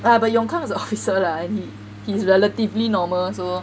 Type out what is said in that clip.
ah but yong kang is a officer lah he he is relatively normal so